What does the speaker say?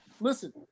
listen